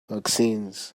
vaccines